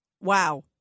Wow